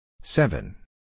Seven